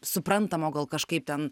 suprantamo gal kažkaip ten